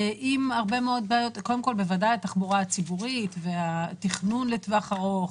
אם זה התחבורה הציבורית והתכנון לטווח ארוך.